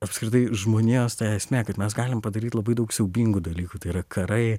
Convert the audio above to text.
apskritai žmonijos ta esmė kad mes galim padaryt labai daug siaubingų dalykų tai yra karai